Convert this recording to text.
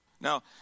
Now